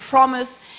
promise